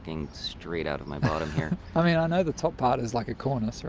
talking straight out of my bottom here. i mean, i know the top part is like a cornice, right?